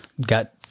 Got